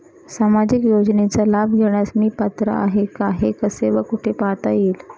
सामाजिक योजनेचा लाभ घेण्यास मी पात्र आहे का हे कसे व कुठे पाहता येईल?